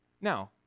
Now